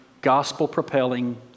gospel-propelling